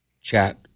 chat